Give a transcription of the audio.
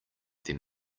them